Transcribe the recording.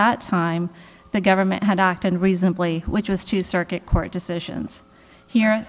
that time the government had acted reasonably which was to circuit court decisions here